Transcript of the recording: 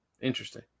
Interesting